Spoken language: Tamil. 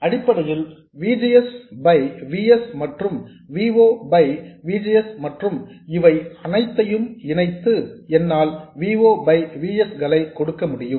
அடிப்படையில் V G S by V s மற்றும் V o by V G S மற்றும் இவை அனைத்தையும் இணைத்து என்னால் V o by V s களை கொடுக்க முடியும்